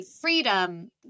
freedom